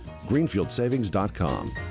Greenfieldsavings.com